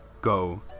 go